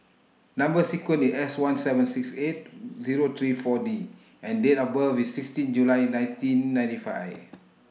Number sequence IS S one seven six eight Zero three four D and Date of birth IS sixteen July nineteen ninety five